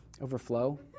overflow